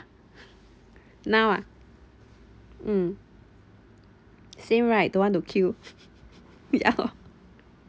now ah mm same right don't want to queue ya lor